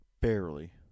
Barely